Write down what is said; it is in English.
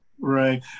Right